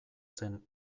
zen